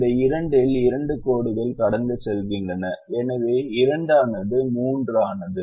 இந்த இரண்டில் இரண்டு கோடுகள் கடந்து செல்கின்றன எனவே 2 ஆனது 3 ஆனது